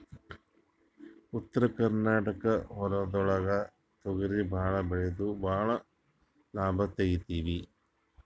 ಉತ್ತರ ಕರ್ನಾಟಕ ಹೊಲ್ಗೊಳ್ದಾಗ್ ತೊಗರಿ ಭಾಳ್ ಬೆಳೆದು ಭಾಳ್ ಲಾಭ ತೆಗಿತೀವಿ